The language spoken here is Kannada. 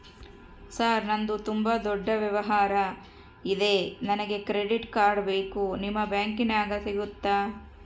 ಸರ್ ನಂದು ತುಂಬಾ ದೊಡ್ಡ ವ್ಯವಹಾರ ಇದೆ ನನಗೆ ಕ್ರೆಡಿಟ್ ಕಾರ್ಡ್ ಬೇಕು ನಿಮ್ಮ ಬ್ಯಾಂಕಿನ್ಯಾಗ ಸಿಗುತ್ತಾ?